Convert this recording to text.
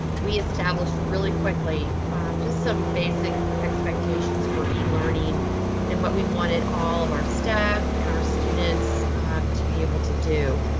we established really quickly just some basic expectations for e learning and what we wanted. all of our staff and our students to be able to do,